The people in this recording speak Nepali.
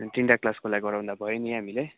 तिनवटा क्लासकोलाई गराउँदा भयो नि हामीले